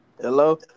Hello